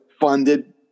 funded